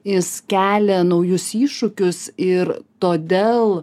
jis kelia naujus iššūkius ir todėl